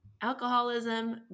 alcoholism